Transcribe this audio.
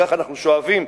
כך אנחנו שואפים,